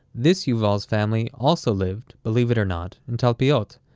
this yuval's family also lived, believe it or not, in talpiot.